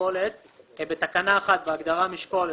בתקנה 1 בהגדרה "משקולת",